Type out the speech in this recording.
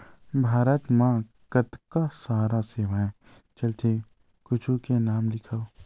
भारत मा कतका सारा सेवाएं चलथे कुछु के नाम लिखव?